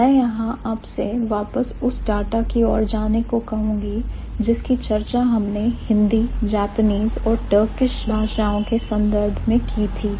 मैं यहां आपसे वापस उस डाटा की ओर जाने को कहूंगी जिसकी चर्चा हमने Hindi Japanese और Turkish भाषाओं के संदर्भ में की थी